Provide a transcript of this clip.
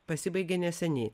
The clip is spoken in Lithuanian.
pasibaigė neseniai